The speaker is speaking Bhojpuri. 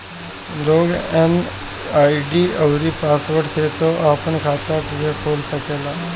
लॉग इन आई.डी अउरी पासवर्ड से तू अपनी खाता के खोल सकेला